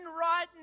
right